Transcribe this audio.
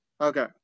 Okay